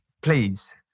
Please